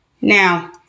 Now